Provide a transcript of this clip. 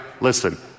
Listen